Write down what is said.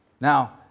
Now